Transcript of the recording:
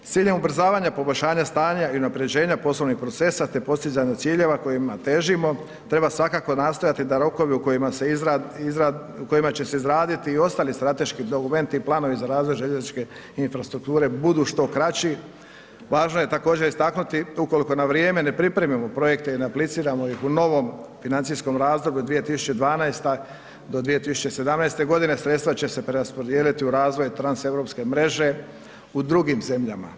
S ciljem ubrzavanja poboljšanja stanja i unaprjeđenja poslovnih procesa te postizanju ciljeva kojima težimo, treba svakako nastojati da rokovima u kojima će se izraditi i ostali strateški dokumenti i planovi za razvoj željezničke infrastrukture budu što kraći, važno je također istaknuti ukoliko na vrijeme ne pripremimo projekte i ne apliciramo ih u novom financijskom razdoblju od 2012-2017. godine, sredstva će se preraspodijeliti u razvoj transeuropske mreže u drugim zemljama.